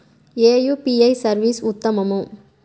ఏ UPI service ఉత్తమము?